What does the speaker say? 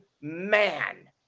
man